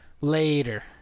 Later